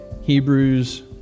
Hebrews